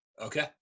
Okay